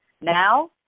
Now